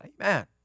Amen